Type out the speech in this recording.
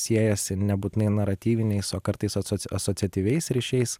siejasi nebūtinai naratyviniais o kartais asociatyviais ryšiais